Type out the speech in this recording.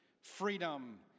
freedom